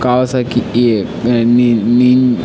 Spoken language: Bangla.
কাওয়াসাকি